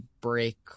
break